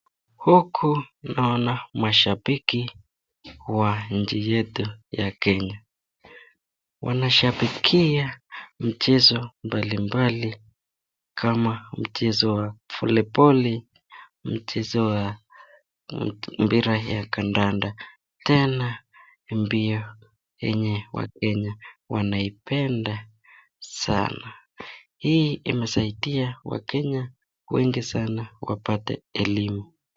Huku naona mashabiki wa nchi yetu ya kenya . Wanashabikia mchezo mbalimbali kama mchezo wa valeboli, Mchezo ya mpira ya kandanda , tena mbio yenye wakenya wanaipenda sana. Hii imesaidia sana wakenya wengi wapate elimu.